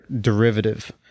derivative